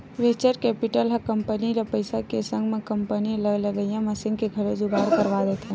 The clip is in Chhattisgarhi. वेंचर केपिटल ह कंपनी ल पइसा के संग म कंपनी म लगइया मसीन के घलो जुगाड़ करवा देथे